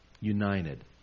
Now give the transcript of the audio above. united